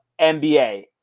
NBA